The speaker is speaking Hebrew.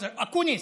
אקוניס,